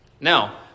Now